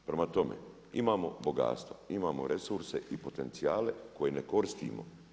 Prema tome, imamo bogatstvo, imamo resurse i potencijalne koje ne koristimo.